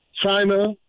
China